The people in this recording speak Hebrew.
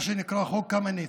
מה שנקרא חוק קמיניץ.